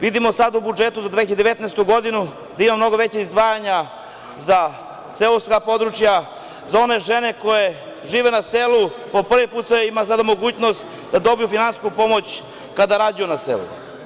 Vidimo sad u budžetu za 2019. godinu da ima mnogo veća izdvajanja za seoska područja, za one žene koje žive na selu, po prvi put je sada mogućnost da dobiju finansijsku pomoć kada rađaju na selu.